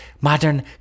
modern